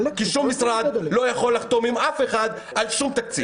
כי שום משרד לא יכול לחתום עם אף אחד על שום תקציב.